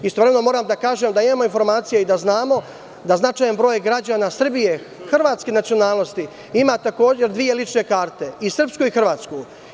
Istovremeno, moram da kažem da imamo informacije i da znamo da značajan broj građana Srbije hrvatske nacionalnosti ima takođe dve lične karte – i srpsku i hrvatsku.